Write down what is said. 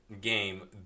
game